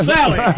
Sally